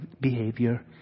behavior